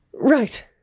Right